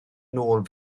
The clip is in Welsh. nôl